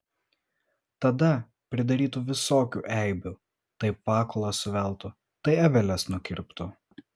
tada pridarytų visokių eibių tai pakulas suveltų tai aveles nukirptų